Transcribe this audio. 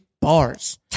bars